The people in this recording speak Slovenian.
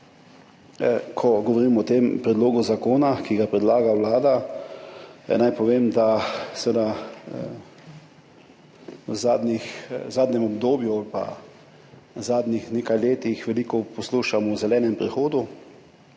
Ko govorimo o tem predlogu zakona, ki ga predlaga Vlada, naj povem, da v zadnjem obdobju ali pa zadnjih nekaj letih veliko poslušamo o zelenem prehodu,